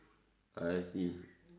I see